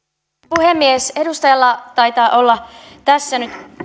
puhemies edustajalla taitaa olla tässä nyt